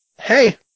Hey